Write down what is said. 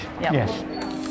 yes